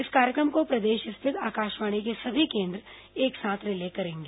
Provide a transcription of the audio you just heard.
इस कार्यक्रम को प्रदेश स्थित आकाशवाणी के सभी केन्द्र एक साथ रिले करेंगे